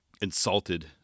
insulted